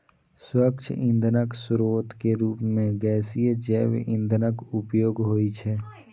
स्वच्छ ईंधनक स्रोत के रूप मे गैसीय जैव ईंधनक उपयोग होइ छै